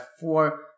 four